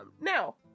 Now